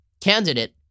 candidate